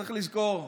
צריך לזכור,